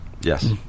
Yes